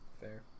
Fair